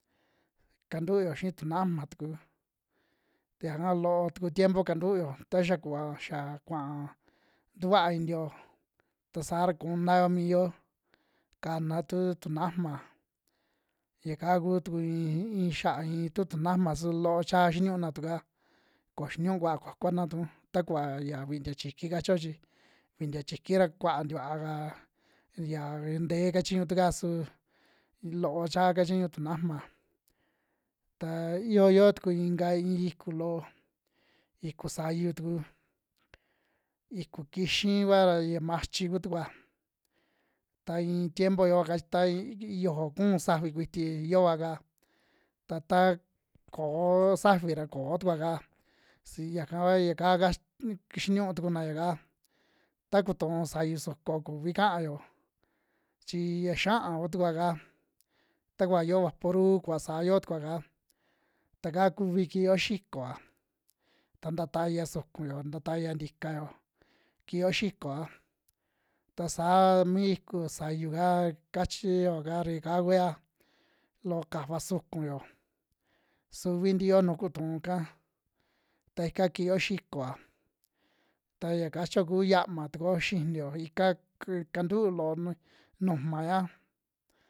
Kantuyo xii tunajma tuku yaka loo tuku tiempo kantuyo taxa kuva xia kuaa tuvaa iniyo ta saa ra kunao miyo, kana tu tunajma yaka kutuku in iin xia'a iintu tunajma su loo cha xiniuna tu'ka ko xinu'u kuaa kuakuana tu, takuva ya vintia chiki kachio chi vintia chiki ra kua'a tikua kaa yia ntee kachiñu tu kaa su loo cha kachiñu tunajma. Ta yo'o yoo tu inka i'in iku loo iku sayu tuku, iku kixi vua ya machi kutukua, ta iin tiempo yoo kach ya yojo ku'u safi kuti yoaka ta taa ko'o safi ra koo tukua'ka si yaka kua ya kaa kachi xinuu tukuna yaka, ta kutuu sayu suko kuvi kaayo chi ya xia'a ku tukua'ka, takuva yoo vaporub kuva saa yoo tukua'ka taka kuvi kiyo xikoya, ta nta taya sukuyo nta taya ntikayo kiyo xikoya, ta saa mi iku sayu'ka kachiyo'ka ra yaka kuya loo kafa sukuyo, suvi ntiyo nuu kutuun ika, ta ika kiiyo xikoa, ta ya kachio ku ya'ama tukuo xiniyo ika k- kantuu loo nujmaya.